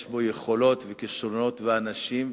יש בו יכולות וכשרונות ואנשים,